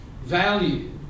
value